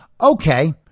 Okay